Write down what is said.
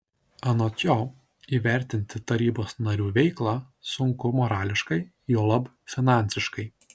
anot jo įvertinti tarybos narių veiklą sunku morališkai juolab finansiškai